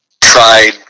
tried